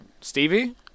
Stevie